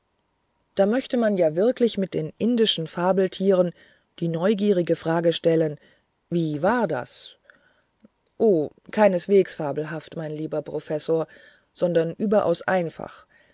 da möchte man ja wirklich mit den indischen fabeltieren die neugierige frage stellen wie war das o keineswegs fabelhaft mein lieber professor sondern überaus einfach